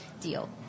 deal